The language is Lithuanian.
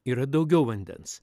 yra daugiau vandens